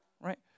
right